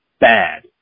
bad